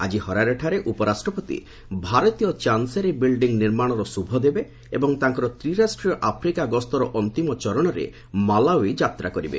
ଆଜି ହରାରେଠାରେ ଉପରାଷ୍ଟ୍ରପତି ଭାରତୀୟ ଚାନ୍ସେରୀ ବିଲ୍ଡିଂ ନିର୍ମାଣର ଶୁଭ ଦେବେ ଏବଂ ତାଙ୍କର ତ୍ରିରାଷ୍ଟ୍ରୀୟ ଆଫ୍ରିକା ଗସ୍ତର ଅନ୍ତିମ ଚରଣରେ ମାଲାୱି ଯାତ୍ରା କରିବେ